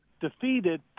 defeated